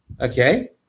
Okay